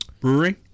brewery